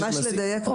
ממש לדייק,